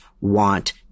want